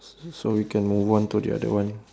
so we can move on to the other one